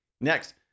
Next